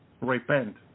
repent